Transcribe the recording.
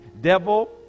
Devil